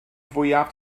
fwyaf